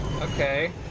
Okay